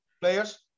players